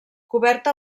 coberta